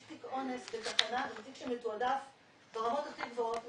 יש תיק אונס בתיק שמתועדף ברמות הכי גבוהות,